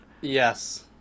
Yes